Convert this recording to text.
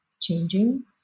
changing